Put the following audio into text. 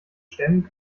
stemmen